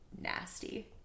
Nasty